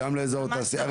גם לאזור התעשייה.